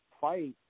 fight